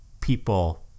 people